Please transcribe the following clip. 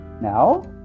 now